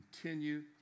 continue